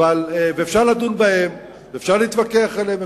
אפשר לדון בהם ואפשר להתווכח עליהם,